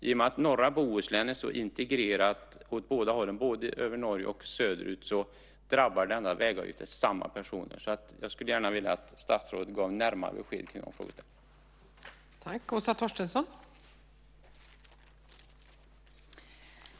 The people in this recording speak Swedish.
I och med att norra Bohuslän är så integrerat åt båda hållen, både över Norge och söderut, drabbar denna vägavgift samma personer. Jag skulle gärna vilja att statsrådet gav närmare besked kring de frågeställningarna.